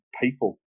people